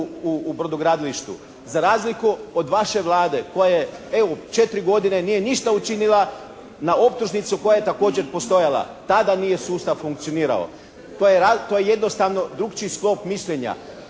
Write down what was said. u brodogradilištu. Za razliku od vaše Vlade koja 4 godine nije ništa učinila na optužnicu koja je također postojala. Tada nije sustav funkcionirao. To je jednostavno drukčiji sklop mišljenja.